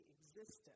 existence